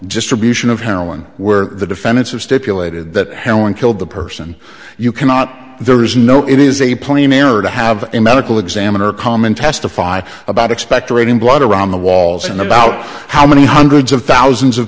distribution of heroin where the defendants have stipulated that helen killed the person you cannot there is no it is a plain error to have a medical examiner comment testify about expectorating blood around the walls and about how many hundreds of thousands of